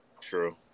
True